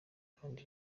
kandi